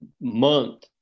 month